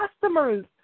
customers